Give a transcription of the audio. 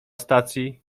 stacji